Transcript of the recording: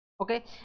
okay